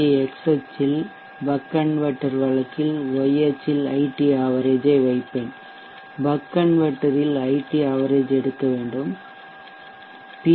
யை எக்ஸ் அச்சில் buck converter வழக்கில் ஒய் அச்சில் ஐடி ஆவரேஜ்சராசரி வைப்பேன் பக் கன்வெர்ட்டர் ல் ஐடி ஆவரேஜ் எடுக்க வேண்டும் பி